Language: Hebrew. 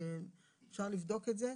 ואפשר לבדוק את זה.